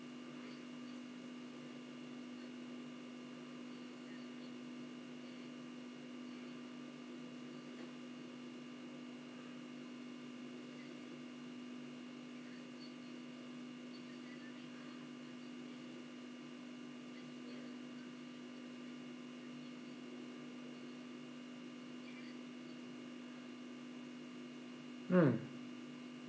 mm